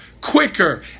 quicker